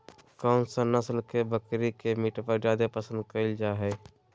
कौन सा नस्ल के बकरी के मीटबा जादे पसंद कइल जा हइ?